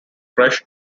fresh